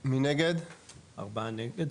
1 נגד,